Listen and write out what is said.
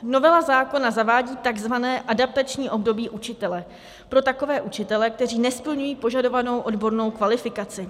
Novela zákona zavádí takzvané adaptační období učitele pro takové učitele, kteří nesplňují požadovanou odbornou kvalifikaci.